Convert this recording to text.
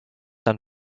dann